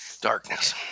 darkness